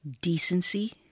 decency